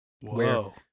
Whoa